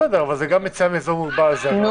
בסדר, אבל גם יציאה מאזור מוגבל זה עבירה פלילית.